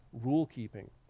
rule-keeping